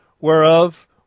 whereof